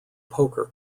poker